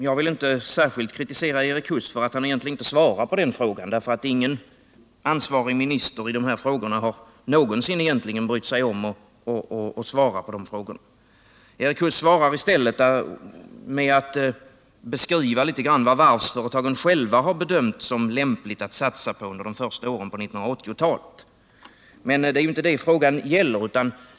Jag vill inte särskilt kritisera Erik Huss för att han egentligen inte svarat på den frågan, därför att ingen ansvarig minister någonsin har brytt sig om att svara på dessa frågor. Erik Huss svarar i stället med att litet grand beskriva vad varvsföretagen själva bedömt som lämpligt att satsa på under de första åren på 1980-talet, men det är inte det frågan gäller.